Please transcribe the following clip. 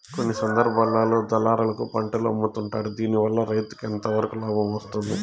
కొన్ని సందర్భాల్లో దళారులకు పంటలు అమ్ముతుంటారు దీనివల్ల రైతుకు ఎంతవరకు లాభం వస్తుంది?